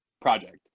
project